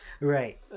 Right